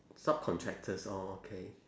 subcontractors orh okay